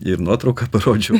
ir nuotrauką parodžiau